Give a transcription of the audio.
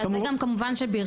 שעל זה גם כמובן שבירכתי,